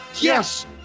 Yes